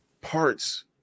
parts